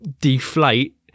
deflate